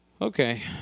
Okay